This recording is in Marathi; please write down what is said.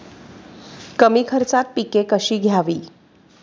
कमी खर्चात पिके कशी घ्यावी?